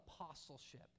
apostleship